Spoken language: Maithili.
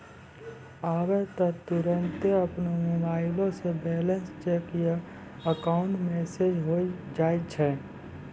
आबै त तुरन्ते अपनो मोबाइलो से बैलेंस चेक या अकाउंट मैनेज होय जाय छै